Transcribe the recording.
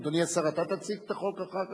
אדוני השר, אתה תציג את החוק אחר כך?